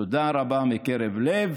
תודה רבה מקרב לב,